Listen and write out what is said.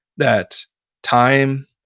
that time,